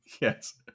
Yes